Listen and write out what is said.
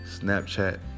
Snapchat